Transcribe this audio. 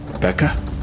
Becca